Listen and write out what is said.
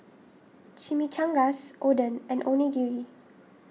Chimichangas Oden and Onigiri